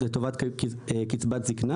קיזוז הפסדים